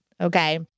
okay